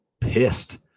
pissed